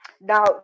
Now